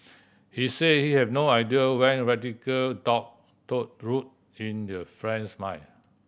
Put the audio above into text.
he said he had no idea when radical thought took root in their friend's mind